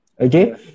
okay